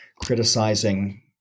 criticizing